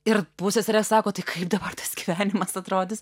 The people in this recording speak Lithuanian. ir pusseserė sako tai kaip dabar tas gyvenimas atrodys